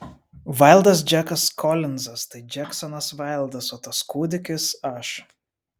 vaildas džekas kolinzas tai džeksonas vaildas o tas kūdikis aš